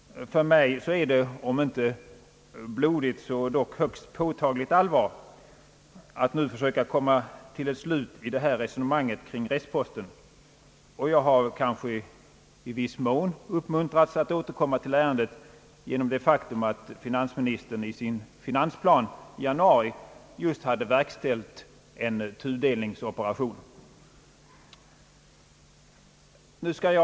För mig är det om inte blodigt, så dock högst påtagligt allvar att nu försöka komma till ett slut i dessa resonemang kring restposten; och jag har kanske i viss mån uppmuntrats att återkomma till ärendet genom det faktum att finansministern i sin finansplan i januari just hade verkställt en tudelningsoperation.